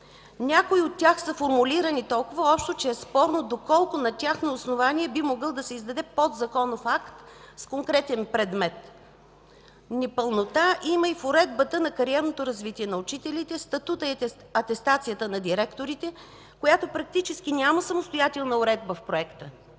Някои от тях са формулирани толкова общо, че е спорно доколко на тяхно основание би могъл да се издаде подзаконов акт с конкретен предмет. Непълнота има и в Уредбата за кариерното развитие на учителите, статута и атестацията на директорите, която практически няма самостоятелна уредба в Законопроекта,